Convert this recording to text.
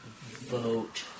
vote